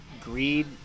greed